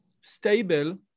stable